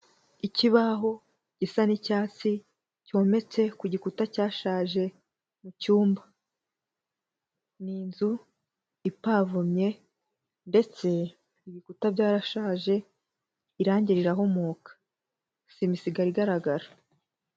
Ikibaho gisa n'icyatsi cyometse ku gikuta cyashaje mu cyumba, ni inzu ipavomye ndetse ibikuta byarashaje irange rirahomoka, sima isigara igaragara.